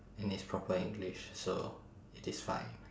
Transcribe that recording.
and it's proper english so it is fine